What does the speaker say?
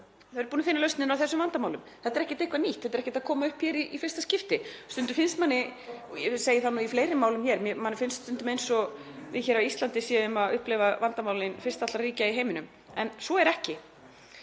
Þau eru búin að finna lausnir á þessum vandamálum. Þetta er ekki eitthvað nýtt. Þetta er ekkert að koma hér upp í fyrsta skipti. Stundum finnst manni, og ég vil segja það í fleiri málum hér, eins og við hér á Íslandi séum að upplifa vandamálin fyrst allra ríkja í heiminum. Svo er ekki.